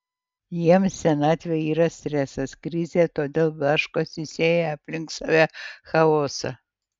jiems senatvė yra stresas krizė todėl blaškosi sėja aplink save chaosą